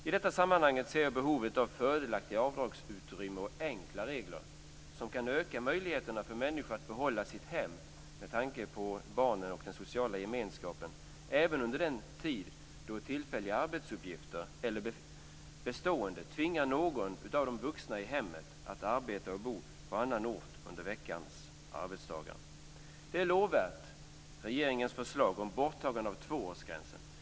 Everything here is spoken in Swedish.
I detta sammanhang ser jag behovet av fördelaktiga avdragsutrymmen och enkla regler som kan öka möjligheterna för människor att behålla sitt hem med tanke på barnen och den sociala gemenskapen även under tid då tillfälliga eller bestående arbetsuppgifter tvingar någon av de vuxna i hemmet att arbeta och bo på annan ort under veckans arbetsdagar. Regeringens förslag om borttagande av tvåårsgränsen är lovvärt.